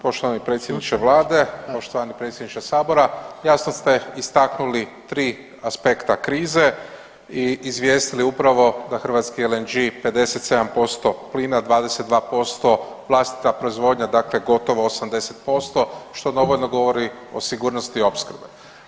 Poštovani predsjedniče vlade, poštovani predsjedniče sabora jasno ste istaknuli 3 aspekta krize i izvijestiti upravo da hrvatski LNG 57% plina, 22% vlastita proizvodnja, dakle gotovo 80% što dovoljno govori o sigurnosti opskrbe.